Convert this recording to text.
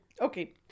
Okay